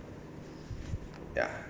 ya